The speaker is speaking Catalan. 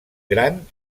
gran